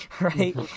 right